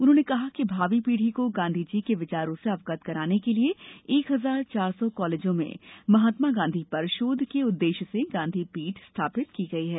उन्होंने कहा कि भावी पीढ़ी को गांधी जी के विचारों से अवगत कराने के लिए एक हजार चार सौ कॉलेजों में महात्मा गांधी पर शोध के उद्वेश्य से गांधी पीठ स्थापित की गई है